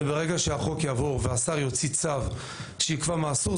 וברגע שהחוק יעבור והשר יוציא צו שיקבע מה אסור,